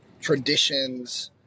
traditions –